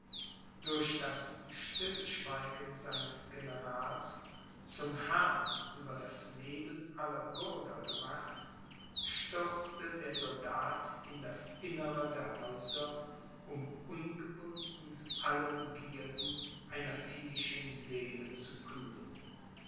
durch das stillschweigen seines generals zum herrn über das leben aller bürger gemacht stürzte der soldat in das innere der häuser um ungebunden alle begierden einer viehischen seele zu kühlen